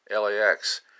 LAX